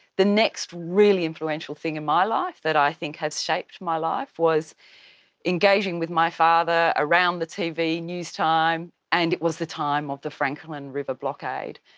the next really influential thing in my life that i think has shaped my life was engaging with my father around the tv news time and it was the time of the franklin river blockade.